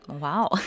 Wow